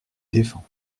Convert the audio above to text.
défend